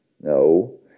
No